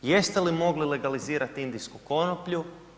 Jeste li mogli legalizirati indijsku konoplju?